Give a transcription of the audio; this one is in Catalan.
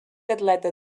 atleta